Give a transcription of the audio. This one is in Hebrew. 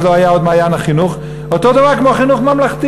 אז עוד לא היה "מעיין החינוך" אותו הדבר כמו החינוך הממלכתי.